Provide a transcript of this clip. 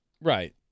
Right